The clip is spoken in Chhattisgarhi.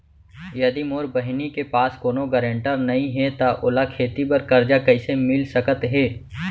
यदि मोर बहिनी के पास कोनो गरेंटेटर नई हे त ओला खेती बर कर्जा कईसे मिल सकत हे?